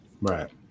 Right